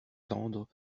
tendre